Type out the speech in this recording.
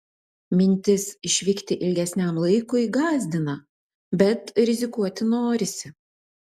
mintis išvykti ilgesniam laikui gąsdina bet rizikuoti norisi